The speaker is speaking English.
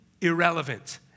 irrelevant